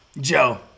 Joe